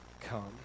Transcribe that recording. come